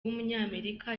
w’umunyamerika